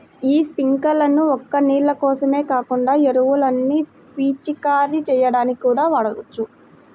యీ స్పింకర్లను ఒక్క నీళ్ళ కోసమే కాకుండా ఎరువుల్ని పిచికారీ చెయ్యడానికి కూడా వాడొచ్చు